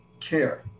care